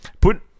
Put